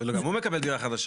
אבל, גם הוא מקבל דירה חדשה.